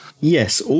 Yes